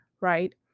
right